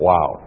Wow